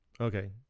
Okay